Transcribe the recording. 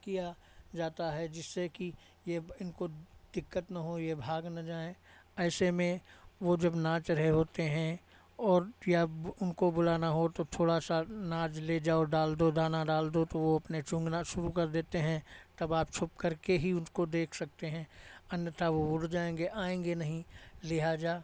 किया जाता है जिससे कि ये इनको दिक्कत ना हो ये भाग ना जाएँ ऐसे में वो जब नाच रहे होते हैं और या उनको बुलाना हो तो थोड़ा सा अनाज ले जाओ डाल दो दाना डाल दो तो वो अपने चुगना शुरू कर देते हैं तब आप छुपकर के ही उनको देख सकते हैं अन्यथा वो उड़ जाएँगे आएँगे नहीं लिहाज़ा